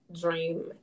dream